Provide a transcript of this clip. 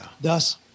Thus